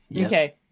Okay